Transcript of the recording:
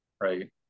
right